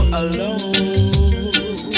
alone